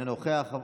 אינו נוכח,